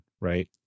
right